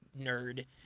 nerd